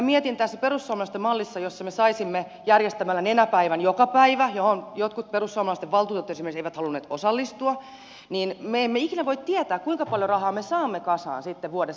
mietin että tässä perussuomalaisten mallissa jossa me saisimme järjestää nenäpäivän joka päivä johon jotkut perussuomalaisten valtuutetut esimerkiksi eivät halunneet osallistua me emme ikinä voi tietää kuinka paljon rahaa me saamme kasaan vuodessa